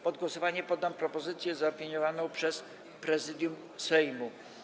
Pod głosowanie poddam propozycję zaopiniowaną przez Prezydium Sejmu.